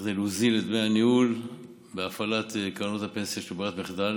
כדי להוזיל את דמי הניהול בהפעלת קרנות הפנסיה של ברירת מחדל,